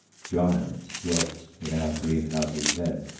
giants dwelt in our greenhouses then.